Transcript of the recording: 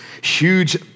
huge